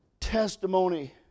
testimony